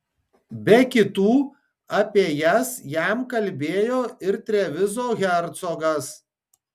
be kitų apie jas jam kalbėjo ir trevizo hercogas